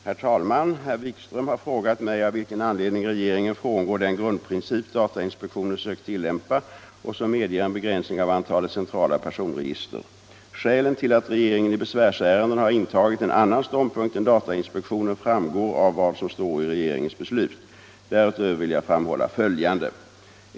Herr talman! Herr Wikström har frågat mig av vilken anledning regeringen frångår den grundprincip datainspektionen sökt tillämpa och som medger en begränsning av antalet centrala personregister. Skälen till att regeringen i besvärsärenden har intagit en annan ståndpunkt än datainspektionen framgår av vad som står i regeringens beslut. Därutöver vill jag framhålla följande.